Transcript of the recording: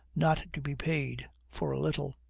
not to be paid, for a little.